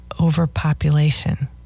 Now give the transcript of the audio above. overpopulation